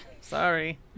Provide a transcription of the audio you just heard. Sorry